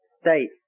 state